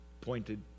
pointed